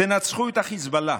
תנצחו את החיזבאללה,